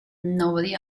nobody